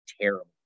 terrible